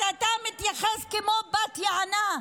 אז אתה מתייחס כמו בת יענה.